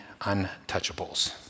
untouchables